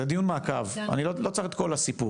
זה דיון מעקב, אני לא צריך את כל הסיפור.